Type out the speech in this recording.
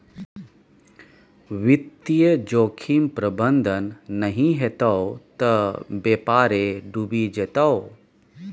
वित्तीय जोखिम प्रबंधन नहि हेतौ त बेपारे डुबि जेतौ